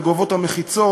וגובהות המחיצות,